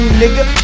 nigga